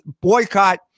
boycott